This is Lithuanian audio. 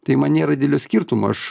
tai man nėra dilio skirtumo aš